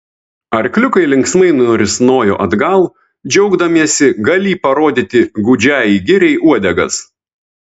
arkliukai linksmai nurisnojo atgal džiaugdamiesi galį parodyti gūdžiajai giriai uodegas